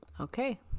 Okay